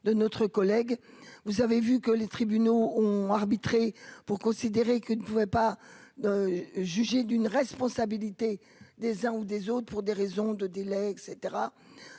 de notre collègue, vous avez vu que les tribunaux ont arbitré pour considérer que ne pouvait pas juger d'une responsabilité des uns ou des autres pour des raisons de délai et